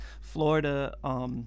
Florida